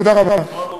תודה רבה.